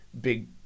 big